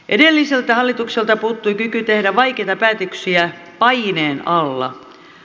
edelliseltä hallitukselta puuttui kyky tehdä vaikeita päätöksiä paineen alla